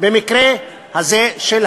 במקרה הזה של